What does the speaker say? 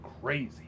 crazy